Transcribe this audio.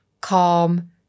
calm